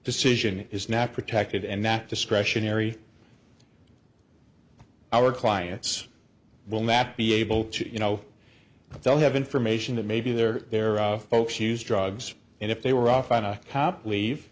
decision is not protected and that discretionary our clients will not be able to you know they'll have information that maybe they're there folks use drugs and if they were often a cop leave